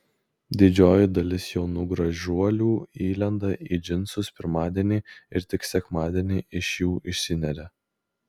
didžioji dalis jaunų gražuolių įlenda į džinsus pirmadienį ir tik sekmadienį iš jų išsineria